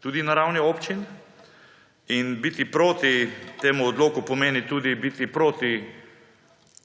tudi na ravni občin, in biti proti temu odloku pomeni tudi biti proti